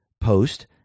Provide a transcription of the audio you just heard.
Post